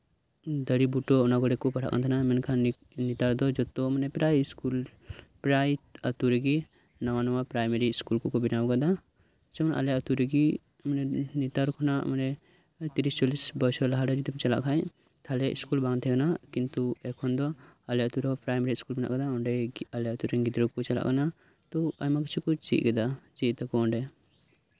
ᱫᱟᱨᱮ ᱵᱩᱴᱟᱹ ᱚᱱᱟ ᱠᱚᱨᱮᱫ ᱠᱚ ᱯᱟᱲᱦᱟᱜ ᱠᱟᱱ ᱛᱟᱦᱮᱱᱟ ᱢᱮᱱᱠᱷᱟᱱ ᱱᱮᱛᱟᱨ ᱫᱚ ᱡᱷᱚᱛᱚ ᱢᱟᱱᱮ ᱯᱨᱟᱭ ᱥᱠᱩᱞ ᱯᱨᱟᱭ ᱟᱹᱛᱩ ᱨᱮᱜᱮ ᱱᱟᱶᱟ ᱱᱟᱶᱟ ᱯᱨᱟᱭᱢᱟᱨᱤ ᱥᱠᱩᱞ ᱠᱚᱠᱚ ᱵᱮᱱᱟᱣ ᱟᱠᱟᱫᱟ ᱪᱚᱝ ᱟᱞᱮ ᱟᱹᱛᱳ ᱨᱮᱜᱮ ᱱᱮᱛᱟᱨ ᱠᱷᱚᱱᱟᱜ ᱢᱟᱱᱮ ᱛᱤᱨᱤᱥ ᱪᱚᱞᱞᱤᱥ ᱵᱚᱪᱷᱚᱨ ᱞᱟᱦᱟᱨᱮ ᱡᱩᱫᱤᱢ ᱪᱟᱞᱟᱜ ᱠᱷᱟᱱ ᱛᱟᱦᱚᱞᱮ ᱥᱠᱩᱞ ᱵᱟᱝ ᱛᱟᱦᱮᱸ ᱠᱟᱱᱟ ᱠᱤᱱᱛᱩ ᱮᱠᱷᱚᱱᱫᱚ ᱟᱞᱮ ᱟᱹᱛᱳ ᱨᱮᱦᱚᱸ ᱯᱨᱟᱭᱢᱟᱨᱤ ᱥᱠᱩᱞ ᱢᱮᱱᱟᱜ ᱟᱠᱟᱫᱟ ᱚᱸᱰᱮ ᱟᱞᱮ ᱟᱹᱛᱳ ᱨᱮᱱ ᱜᱤᱫᱽᱨᱟᱹ ᱠᱚᱠᱚ ᱪᱟᱞᱟᱜ ᱠᱟᱱᱟ ᱛᱚ ᱟᱭᱢᱟ ᱠᱤᱪᱷᱩ ᱠᱚ ᱪᱮᱫ ᱫᱟᱠᱚ ᱚᱸᱰᱮ